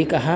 एकः